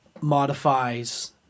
modifies